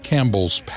Campbell's